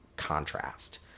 contrast